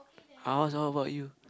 I'll ask how about you